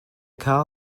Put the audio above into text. car